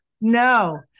No